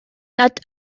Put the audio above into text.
nad